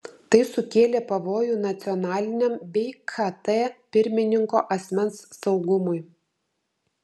tai sukėlė pavojų nacionaliniam bei kt pirmininko asmens saugumui